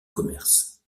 commerce